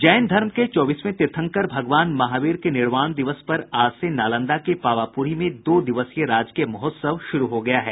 जैन धर्म के चौबीसवें तीर्थंकर भगवान महावीर के निर्वाण दिवस पर आज से नालंदा के पावापूरी में दो दिवसीय राजकीय महोत्सव शुरू हो गया है